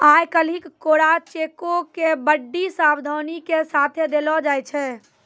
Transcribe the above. आइ काल्हि कोरा चेको के बड्डी सावधानी के साथे देलो जाय छै